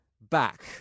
back